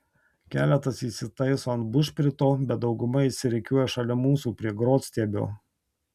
keletas įsitaiso ant bušprito bet dauguma išsirikiuoja šalia mūsų prie grotstiebio